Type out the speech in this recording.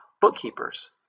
bookkeepers